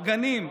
גנים?